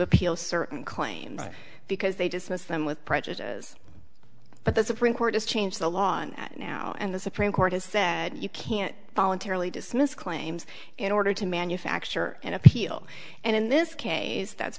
appeal certain claims because they dismissed them with prejudice but the supreme court has changed the law on that now and the supreme court has said you can't voluntarily dismiss claims in order to manufacture an appeal and in this case that's